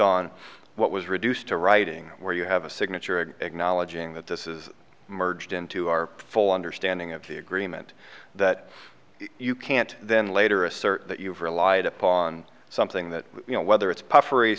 on what was reduced to writing where you have a signature and acknowledging that this is merged into our full understanding of the agreement that you can't then later assert that you've relied upon something that you know whether it's